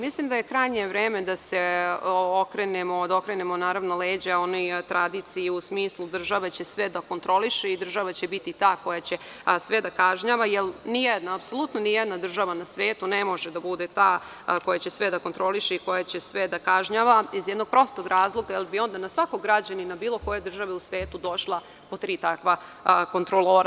Mislim da je krajnje vreme da okrenemo leđa onoj tradiciji u smislu – država će sve da kontroliše i država će biti ta koja će sve da kažnjava, jer apsolutno ni jedna država na svetu ne može da bude ta koja će sve da kontroliše i koja će sve da kažnjava, iz prostog razloga jer bi onda na svakog građanina bilo koje države u svetu došla po tri takva kontrolora.